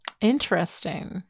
Interesting